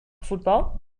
voetbal